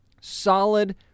solid